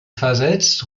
versetzt